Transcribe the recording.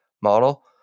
model